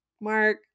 Mark